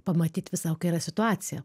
pamatyt visą kokia yra situacija